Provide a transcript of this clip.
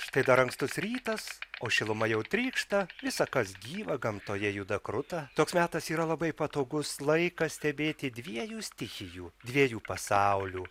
štai dar ankstus rytas o šiluma jau trykšta visa kas gyva gamtoje juda kruta toks metas yra labai patogus laikas stebėti dviejų stichijų dviejų pasaulių